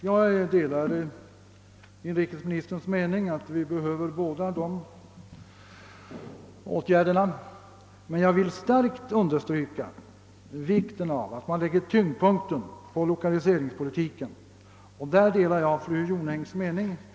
Jag delar inrikesministerns mening att vi behöver båda dessa former av åtgärder, men jag vill starkt understryka vikten av att tyngdpunkten läggs på lokaliseringspolitiken. Därvidlag delar jag helt fru Jonängs uppfattning.